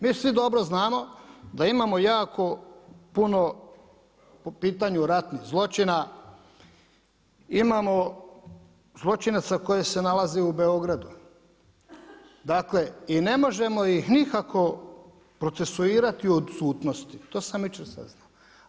Mi svi dobro znamo da imamo jako puno po pitanju ratnih zločina, imamo zločinaca koji se nalaze u Beogradu i ne možemo ih nikako procesuirati u odsutnost, to sam jučer saznao.